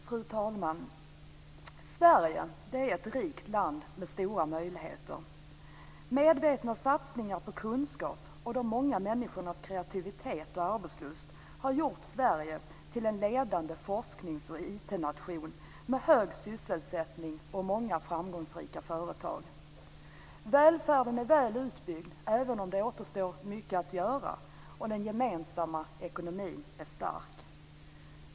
Fru talman! Sverige är ett rikt land med stora möjligheter. Medvetna satsningar på kunskap och de många människornas kreativitet och arbetslust har gjort Sverige till en ledande forsknings och IT-nation med hög sysselsättning och med många framgångsrika företag. Välfärden är väl utbyggd, även om det återstår mycket att göra, och den gemensamma ekonomin är stark.